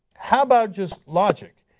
how about just logic?